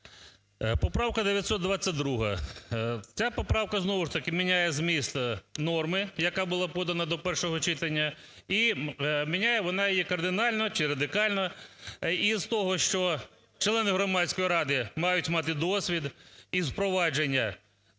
Поправка 922. Ця поправка, знову ж таки, міняє зміст норми, яка була подана до першого читання, і міняє вона її кардинально чи радикально. І з того, що члени громадської ради мають мати досвід із впровадження